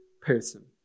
person